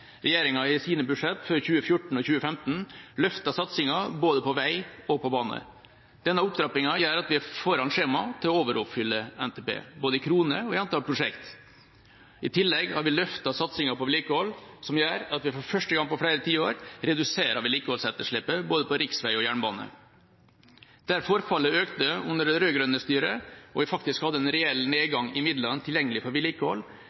Regjeringa har i sine budsjett for 2014 og 2015 løftet satsinga både på vei og på bane. Denne opptrappinga gjør at vi er foran skjemaet til å overoppfylle NTP, både i kroner og i antall prosjekt. I tillegg har vi løftet satsinga på vedlikehold, som gjør at vi for første gang på flere tiår reduserer vedlikeholdsetterslepet, både på riksvei og jernbane. Der forfallet økte under det rød-grønne styret og vi faktisk hadde en reell nedgang i midlene tilgjengelig for vedlikehold,